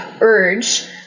urge